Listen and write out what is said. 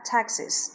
Taxes